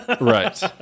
Right